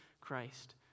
Christ